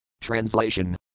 TRANSLATION